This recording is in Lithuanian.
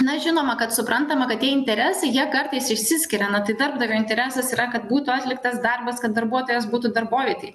na žinoma kad suprantama kad tie interesai jie kartais išsiskiria na tai darbdavio interesas yra kad būtų atliktas darbas kad darbuotojas būtų darbovietėj